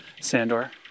Sandor